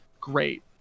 great